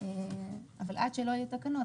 אבל עד שלא יהיו תקנות,